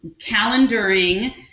calendaring